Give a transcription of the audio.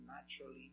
naturally